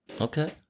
Okay